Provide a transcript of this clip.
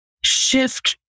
shift